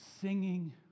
Singing